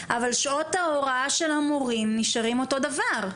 אבל שעות ההוראה של המורים נשארות אותו דבר.